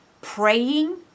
praying